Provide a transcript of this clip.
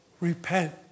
Repent